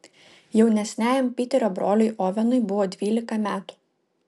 jaunesniajam piterio broliui ovenui buvo dvylika metų